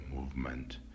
movement